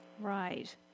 Right